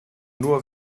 nur